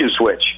switch